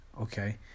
Okay